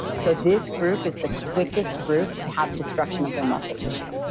so this group is the quickest group to have destruction of their muscle tissue.